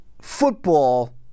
football